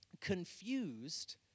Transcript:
confused